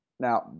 Now